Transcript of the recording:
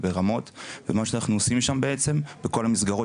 מה שאנחנו עושים שם בעצם ובכל המסגרות